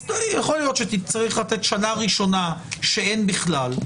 אז יכול להיות שצריך לתת שנה ראשונה שאין בכלל,